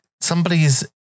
somebody's